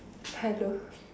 hello